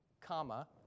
comma